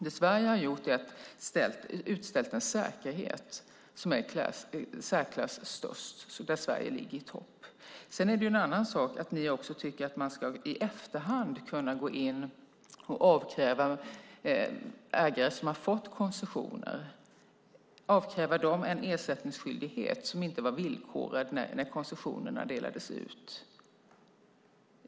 Det Sverige har gjort är att det utställt en säkerhet som är i särklass störst, och där ligger Sverige i topp. Sedan är det en annan sak att ni tycker att man ska kunna gå in i efterhand och avkräva ägare som har fått koncession en ersättningsskyldighet som inte var villkorad när koncessionerna delades ut.